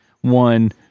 one